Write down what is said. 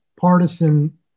partisan